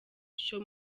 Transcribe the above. cyo